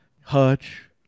Hutch